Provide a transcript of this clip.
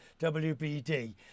WBD